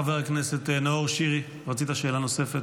חבר הכנסת נאור שירי, רצית שאלה נוספת.